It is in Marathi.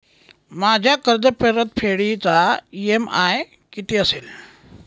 माझ्या कर्जपरतफेडीचा इ.एम.आय किती असेल?